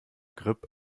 grip